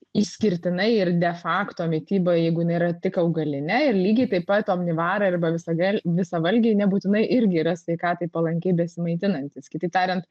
išskirtinai ir de fakto mityboj jeigu jinai yra tik augalinė ir lygiai taip pat omnivarai arba visagal visavalgiai nebūtinai irgi yra sveikatai palankiai besimaitinantys kitaip tariant